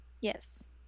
Yes